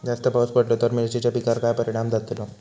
जास्त पाऊस पडलो तर मिरचीच्या पिकार काय परणाम जतालो?